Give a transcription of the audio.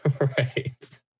right